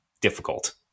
difficult